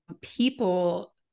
people